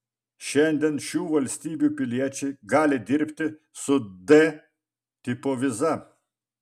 šiandien šių valstybių piliečiai gali dirbti su d tipo viza